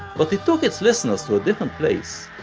but it took its listeners to a different place,